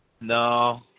No